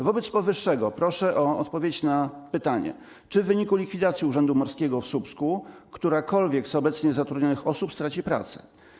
Wobec powyższego proszę o odpowiedź na pytania: Czy w wyniku likwidacji Urzędu Morskiego w Słupsku którakolwiek z obecnie zatrudnionych osób straci pracę?